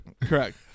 Correct